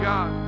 God